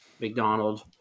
McDonald